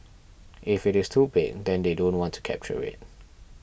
if it is too big then they don't want to capture it